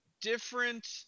Different